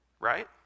right